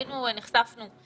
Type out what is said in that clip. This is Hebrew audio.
ראינו, נחשפנו,